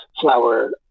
flower